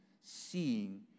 seeing